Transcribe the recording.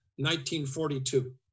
1942